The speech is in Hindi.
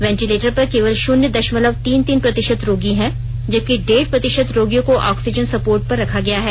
वेंटिलेटर पर केवल शून्य दशमलव तीन तीन प्रतिशत रोगी है जबकि डेढ़ प्रतिशत रोगियों को आक्सीजन सपोर्ट पर रखा गया है